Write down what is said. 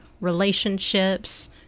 relationships